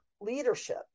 leadership